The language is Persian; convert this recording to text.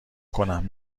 کنم